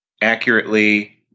accurately